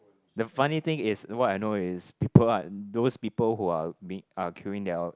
the funny thing is what I know is people are those people who are they are queuing they are